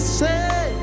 say